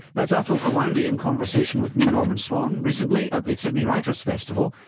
that's atul gawande in conversation with me, norman swan, recently at the sydney writers' festival.